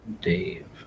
Dave